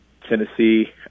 tennessee